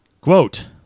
Quote